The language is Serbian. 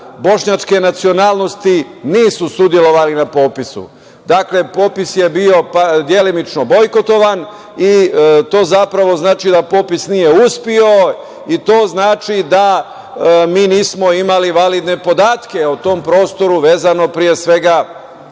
bošnjačke nacionalnosti nisu sudelovali na popisu. Dakle, popis je bio delimično bojkotovan i to zapravo znači da popis nije uspeo i to znači da mi nismo imali validne podatke o tom prostoru vezano, pre svega,